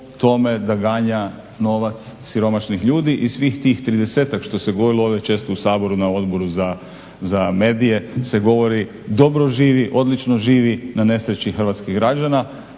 da ganja novac siromašnih ljudi i svih tih 30-ak što se govorilo ovdje često u Saboru na Odboru za medije se govori dobro živi, odlično živi na nesreći hrvatskih građana